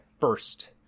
first